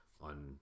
on